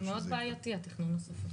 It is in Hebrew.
זה מאוד בעייתי התכנון הסופי.